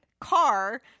car